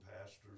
pastors